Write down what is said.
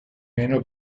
meno